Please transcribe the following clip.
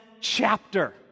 chapter